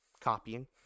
copying